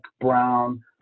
brown